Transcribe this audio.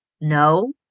no